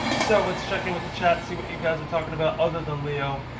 so let's check in with the chat. see what you guys are talking about other than leo.